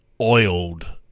oiled